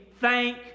thank